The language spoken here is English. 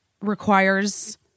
requires